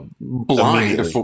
blind